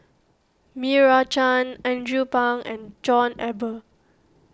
Meira Chand Andrew Phang and John Eber